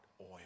oil